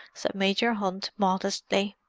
said major hunt modestly.